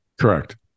Correct